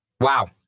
Wow